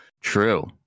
true